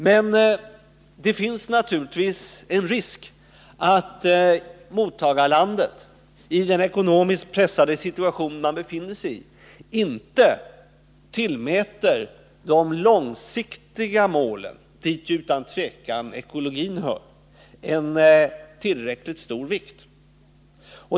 Men det finns naturligtvis en risk att mottagarlandet i den ekonomiskt pressade situation som det befinner sig i inte tillmäter de långsiktiga målen, dit utan tvivel ekologin hör, en tillräckligt stor vikt.